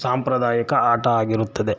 ಸಾಂಪ್ರದಾಯಿಕ ಆಟ ಆಗಿರುತ್ತದೆ